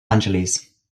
angeles